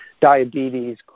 diabetes